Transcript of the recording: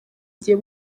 igihe